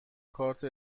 کارت